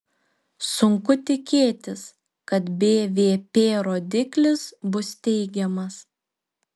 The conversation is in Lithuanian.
sunku tikėtis kad bvp rodiklis bus teigiamas